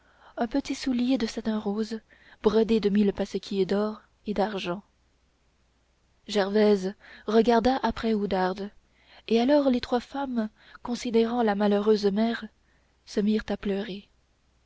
un petit soulier de satin rose brodé de mille passequilles d'or et d'argent gervaise regarda après oudarde et alors les trois femmes considérant la malheureuse mère se mirent à pleurer